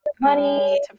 money